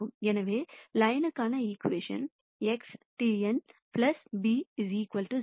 எனவே லைன்க்கான equation XTn b 0